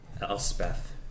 Elspeth